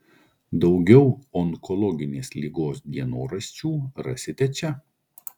daugiau onkologinės ligos dienoraščių rasite čia